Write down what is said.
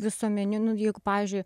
visuomeniniu jeigu pavyzdžiui